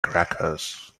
crackers